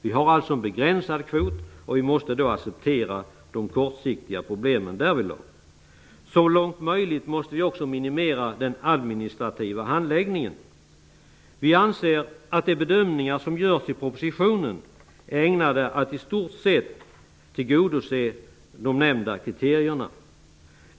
Vi har alltså en begränsad kvot, och vi måste då acceptera de kortsiktiga problemen därvidlag. Så långt möjligt måste vi också minimera den administrativa handläggningen. Vi anser att de bedömningar som görs i propositionen är ägnade att i stort sett tillgodose de nämnda kriterierna.